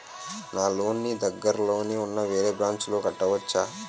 నా లోన్ నీ దగ్గర్లోని ఉన్న వేరే బ్రాంచ్ లో కట్టవచా?